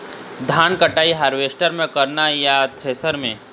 धान कटाई हारवेस्टर म करना ये या थ्रेसर म?